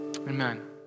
Amen